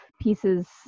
pieces